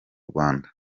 rwanda